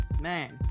Man